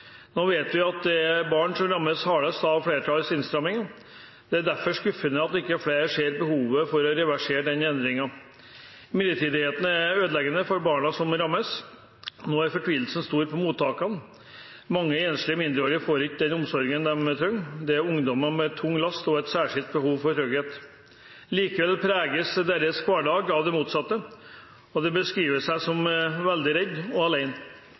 Nå vet vi at det er barn som rammes hardest av flertallets innstramming. Det er derfor skuffende at ikke flere ser behovet for å reversere denne endringen. Midlertidigheten er ødeleggende for barna som rammes. Nå er fortvilelsen stor på mottakene. Mange enslige mindreårige får ikke den omsorgen de trenger. Dette er ungdommer med tung last og et særskilt behov for trygghet. Likevel preges deres hverdag av det motsatte, og de beskriver seg som veldig redde og